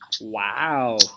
Wow